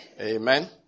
Amen